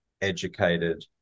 educated